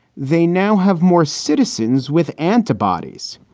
they now have more citizens with antibodies.